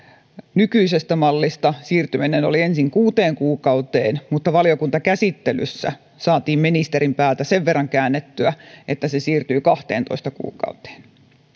mallista siirtyminen kuuteen kuukauteen mutta valiokuntakäsittelyssä saatiin ministerin päätä sen verran käännettyä että se siirtyi kahteentoista kuukauteen